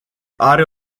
are